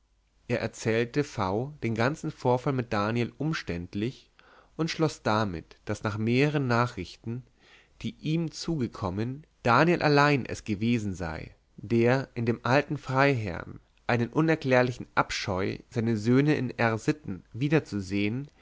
er erzählte v den ganzen vorfall mit daniel umständlich und schloß damit daß nach mehreren nachrichten die ihm zugekommen daniel allein es gewesen sei der in dem alten freiherrn einen unerklärlichen abscheu seine söhne in r sitten wiederzusehen